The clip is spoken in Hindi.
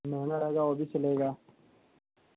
महंगा रहेगा वो भी चलेगा